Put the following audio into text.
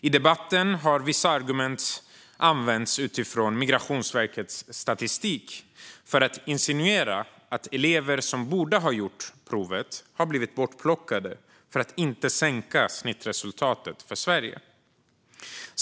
I debatten har vissa använt argument utifrån Migrationsverkets statistik för att insinuera att elever som borde ha gjort provet har blivit bortplockade för att inte sänka snittresultaten för Sverige.